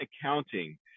Accounting